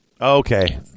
Okay